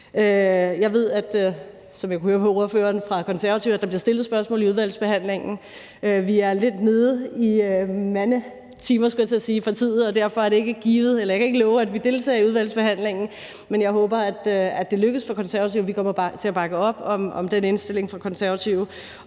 at der vil blive stillet spørgsmål i udvalgsbehandlingen. Vi er lidt nede i mandetimer i partiet, skulle jeg til at sige, og derfor kan jeg ikke love, at vi deltager i udvalgsbehandlingen, men jeg håber, at det lykkes for Konservative. Vi kommer til at bakke op om den indstilling fra Konservative